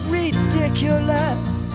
ridiculous